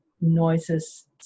noises